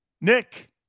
Nick